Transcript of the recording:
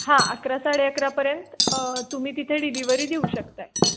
हां अकरा साडे अकरापर्यंत तुम्ही तिथे डिलिव्हरी देऊ शकताय